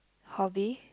hobby